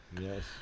yes